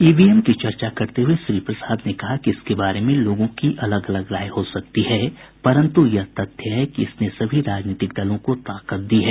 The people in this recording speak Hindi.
ईवीएम की चर्चा करते हुए श्री प्रसाद ने कहा कि इसके बारे में लोगों की अलग अलग राय हो सकती है परन्तु यह तथ्य है कि इसने सभी राजनीतिक दलों को ताकत दी है